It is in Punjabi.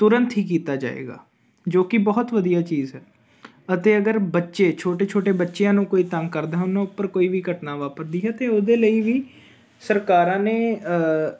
ਤੁਰੰਤ ਹੀ ਕੀਤਾ ਜਾਵੇਗਾ ਜੋ ਕਿ ਬਹੁਤ ਵਧੀਆ ਚੀਜ਼ ਹੈ ਅਤੇ ਅਗਰ ਬੱਚੇ ਛੋਟੇ ਛੋਟੇ ਬੱਚਿਆਂ ਨੂੰ ਕੋਈ ਤੰਗ ਕਰਦਾ ਉਹਨਾਂ ਉੱਪਰ ਕੋਈ ਵੀ ਘਟਨਾ ਵਾਪਰਦੀ ਹੈ ਤਾਂ ਉਹਦੇ ਲਈ ਵੀ ਸਰਕਾਰਾਂ ਨੇ